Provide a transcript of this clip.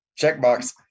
Checkbox